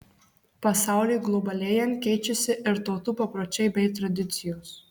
pasauliui globalėjant keičiasi ir tautų papročiai bei tradicijos